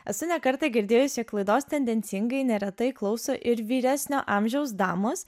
esu ne kartą girdėjusijog klaidos tendencingai neretai klauso ir vyresnio amžiaus damos